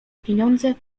pieniądze